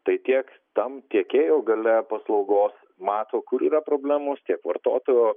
tai tiek tam tiekėjo gale paslaugos mato kur yra problemos tiek vartotojo